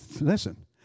Listen